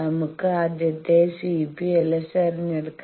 നമുക്ക് ആദ്യത്തേത് Cp LS തിരഞ്ഞെടുക്കാം